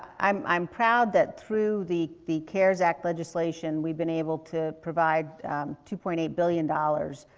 i'm i'm proud that through the the cares act legislation, we've been able to provide two point eight billion dollars